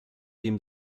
dem